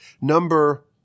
number